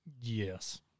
Yes